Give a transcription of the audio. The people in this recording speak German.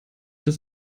dass